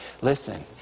Listen